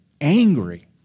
angry